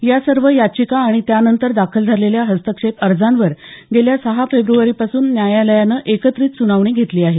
या सर्व याचिका आणि त्यानंतर दाखल झालेल्या हस्तक्षेप अर्जांवर गेल्या सहा फेब्रुवारीपासून न्यायालयानं एकत्रित सुनावणी घेतली आहे